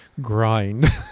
grind